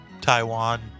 Taiwan